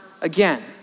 again